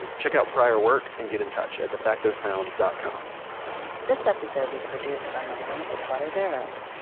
check out prior work and get in touch at defacto sound dot com this episode was produced by miellyn fitzwater barrows.